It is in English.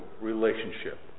relationship